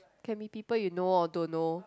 can be people you know or don't know